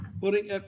putting